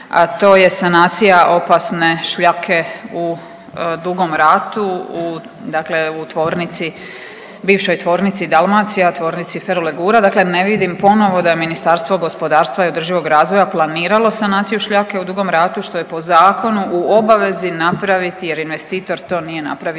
a to je sanacije opasne šljake u Dugom Ratu u tvornici bivšoj tvornici Dalmacija, Tvornici ferolegura dakle ne vidim ponovo da Ministarstvo gospodarstva i održivog razvoja planiralo sanaciju šljake u Dugom Ratu što je po zakonu u obavezi napraviti jer investitor to nije napravio